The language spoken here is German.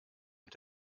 und